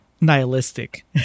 nihilistic